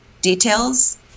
details